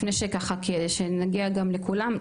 כדי שנגיע לכולם,